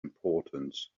importance